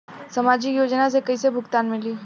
सामाजिक योजना से कइसे भुगतान मिली?